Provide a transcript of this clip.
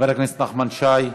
חברי הכנסת נחמן שי,